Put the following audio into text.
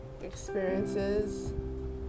experiences